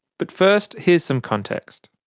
but first here's some context.